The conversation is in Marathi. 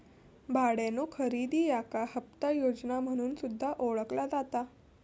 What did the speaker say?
भाड्यानो खरेदी याका हप्ता योजना म्हणून सुद्धा ओळखला जाता